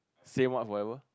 say what whoever